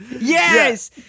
Yes